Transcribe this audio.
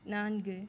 நான்கு